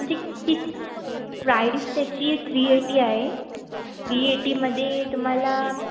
म्हणजे की प्राईस त्याची थ्री एटी आहे थ्री एटीमध्ये तुम्हाला